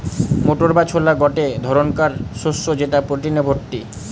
motor বা ছোলা গটে ধরণকার শস্য যেটা প্রটিনে ভর্তি